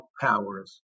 powers